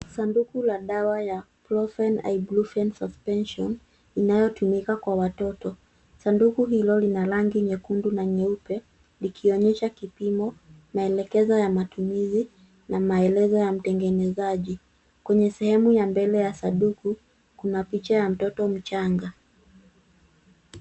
Sanduku la dawa ya profen ibuprofen suspension inayotumika kwa watoto. Sanduku hilo lina rangi nyekundu na nyeupe likionyesha kipimo, maelekezo ya matumizi na maelezo ya mtengenezaji. Kwenye sehemu ya mbele ya sanduku, kuna picha ya mtoto mchanga.